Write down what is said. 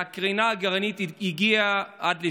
והקרינה הגרעינית הגיעה עד לשבדיה.